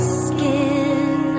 skin